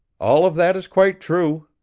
all of that is quite true,